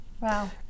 wow